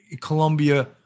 Colombia